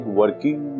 working